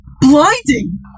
blinding